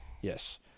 Yes